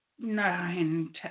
Nine